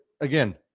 again